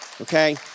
okay